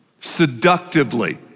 seductively